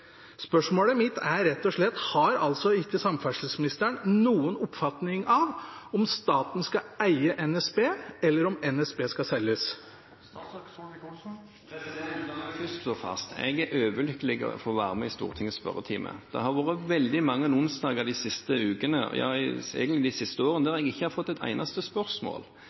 Spørsmålet mitt er, rett og slett: Har ikke samferdselsministeren noen oppfatning av om staten skal eie NSB, eller om NSB skal selges? La meg først slå fast: Jeg er overlykkelig over å få være med i Stortingets spørretime. Det har vært veldig mange onsdager de siste ukene – ja egentlig de siste årene – der jeg ikke har fått et eneste spørsmål,